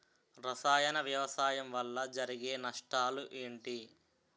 రసాయన వ్యవసాయం వల్ల జరిగే నష్టాలు ఏంటి?